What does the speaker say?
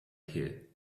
here